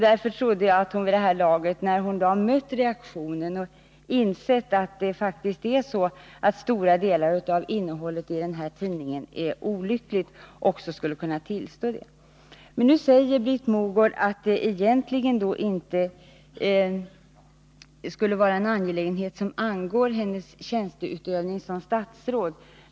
Därför trodde jag att hon vid det här laget, när hon nu har mött reaktionen, hade insett att det faktiskt är så att stora delar av innehållet i den här tidningen är olyckligt utformade och att hon skulle kunna tillstå det. Nu säger Britt Mogård att detta egentligen inte skulle vara en angelägenhet som angår hennes tjänsteutövning som statsråd.